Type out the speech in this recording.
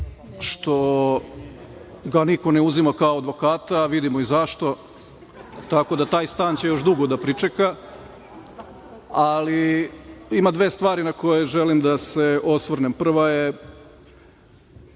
što ga niko ne uzima kao advokata, a vidimo i zašto. Tako da, taj stan će još dugo da pričeka. Ima dve stvari na koje želim da se osvrnem. Prva je